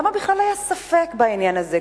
למה בכלל היה ספק בעניין הזה?